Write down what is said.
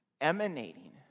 emanating